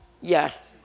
Yes